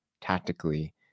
tactically